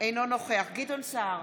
אינו נוכח גדעון סער,